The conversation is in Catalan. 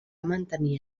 mantenir